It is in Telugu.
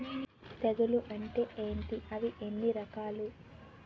తెగులు అంటే ఏంటి అవి ఎన్ని రకాలు?